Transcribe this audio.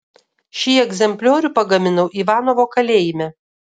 šį egzempliorių pagaminau ivanovo kalėjime